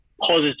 positive